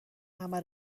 همه